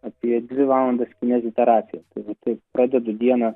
apie dvi valandas kineziterapija tai vat taip pradedu dieną